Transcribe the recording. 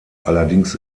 allerdings